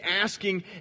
asking